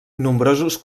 nombrosos